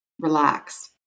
relax